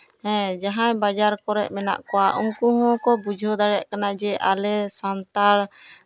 ᱦᱮᱸ ᱡᱟᱦᱟᱸᱭ ᱵᱟᱡᱟᱨ ᱠᱚᱨᱮᱜ ᱢᱮᱱᱟᱜ ᱠᱚᱣᱟ ᱩᱱᱠᱩ ᱦᱚᱸᱠᱚ ᱵᱩᱡᱷᱟᱹᱣ ᱫᱟᱲᱮᱭᱟᱜ ᱠᱟᱱᱟ ᱡᱮ ᱟᱞᱮ ᱥᱟᱱᱛᱟᱲ